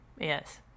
Yes